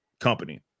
company